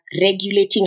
regulating